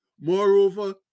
Moreover